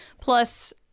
Plus